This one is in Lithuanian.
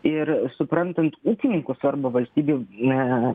ir suprantant ūkininkus arba valstybė na